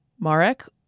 Marek